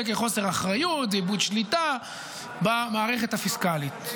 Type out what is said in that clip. כחוסר אחריות ואיבוד שליטה במערכת הפיסקלית.